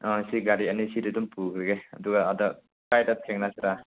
ꯑꯥ ꯁꯤ ꯒꯥꯔꯤ ꯑꯅꯤꯁꯤꯗꯤ ꯑꯗꯨꯝ ꯄꯨꯈ꯭ꯔꯒꯦ ꯑꯗꯨꯒ ꯑꯥꯗ ꯀꯥꯏꯗ ꯊꯦꯡꯅꯁꯤꯔꯥ